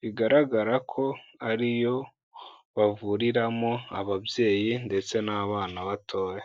bigaragara ko ari yo bavuriramo ababyeyi ndetse n'abana batoya